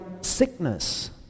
sickness